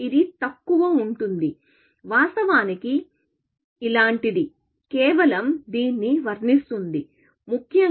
ఇది తక్కువగా ఉంటుంది వాస్తవానికి ఇలాంటిది కేవలం దీన్ని వర్ణిస్తుంది ముఖ్యంగా